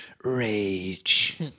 Rage